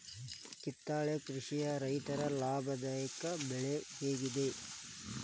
ಕಿತ್ತಳೆ ಕೃಷಿಯ ರೈತರು ಲಾಭದಾಯಕ ಬೆಳೆ ಯಾಗಿದೆ